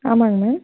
ஆமாங்க மேம்